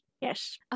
Yes